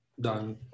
done